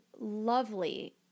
lovely